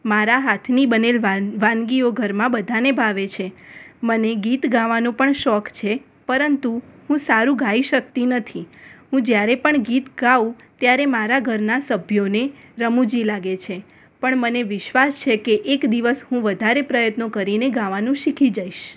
મારા હાથની બનેલ વાન વાનગીઓ ઘરમાં બધાને ભાવે છે મને ગીત ગાવાનો પણ શોખ છે પરંતુ હું સારું ગાઈ શકતી નથી હું જ્યારે પણ ગીત ગાઉં ત્યારે મારા ઘરના સભ્યોને રમૂજી લાગે છે પણ મને વિશ્વાસ છે કે એક દિવસ હું વધારે પ્રયત્નો કરીને ગાવાનું શીખી જઈશ